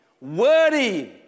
worthy